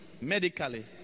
medically